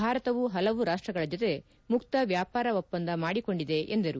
ಭಾರತವು ಹಲವು ರಾಷ್ಷಗಳ ಜೊತೆ ಮುಕ್ತ ವ್ಲಾಪಾರ ಒಪ್ಪಂದ ಮಾಡಿಕೊಂಡಿದೆ ಎಂದರು